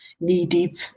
knee-deep